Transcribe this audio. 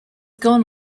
gone